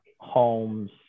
homes